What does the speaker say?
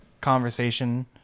conversation